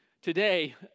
Today